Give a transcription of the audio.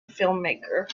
filmmaker